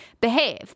behave